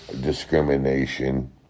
discrimination